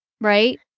right